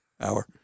hour